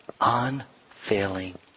Unfailing